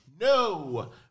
no